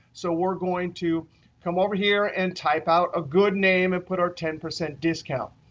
so we're going to come over here and type out a good name and put our ten percent discount.